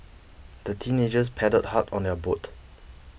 the teenagers paddled hard on their boat